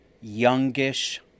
youngish